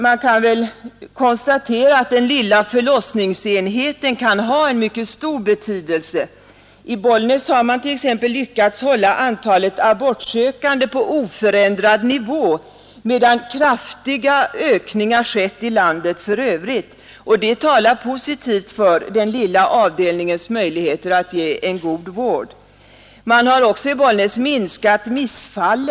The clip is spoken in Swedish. Det bör konstateras att den lilla förlossningsenheten kan ha en mycket stor betydelse. I Bollnäs har man t.ex. lyckats hålla antalet abortsökande på oförändrad nivå, medan kraftiga ökningar skett i landet i övrigt, och det talar positivt för den lilla avdelningens möjligheter att ge en god vård. Man har också i Bollnäs minskat antalet missfall.